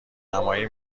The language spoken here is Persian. نمایی